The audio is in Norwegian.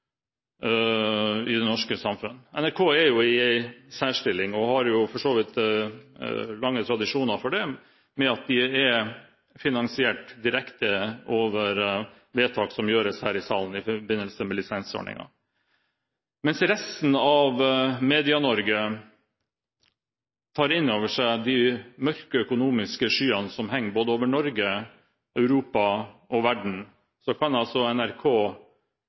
i en særstilling og har for så vidt lange tradisjoner for det, ved at de er finansiert direkte ved vedtak som gjøres her i salen i forbindelse med lisensordningen. Mens resten av Medie-Norge tar inn over seg de mørke økonomiske skyene som henger over Norge, Europa og verden, kan NRK